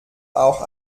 auch